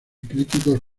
críticos